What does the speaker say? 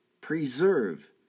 preserve